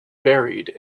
buried